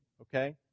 Okay